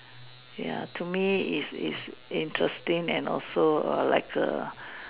ya to me it's it's interesting and also like A